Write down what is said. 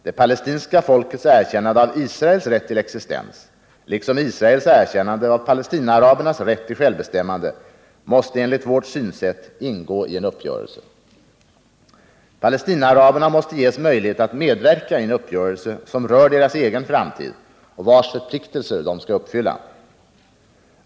Det palestinska folkets erkännande av Israels rätt till existens, liksom Israels erkännande av Palestinaarabernas rätt till självbestämmande, måste enligt vårt synsätt ingå i en uppgörelse. Palestinaaraberna måste ges möjlighet att medverka i en uppgörelse som rör deras egen framtid och vars förpliktelser de skall uppfylla.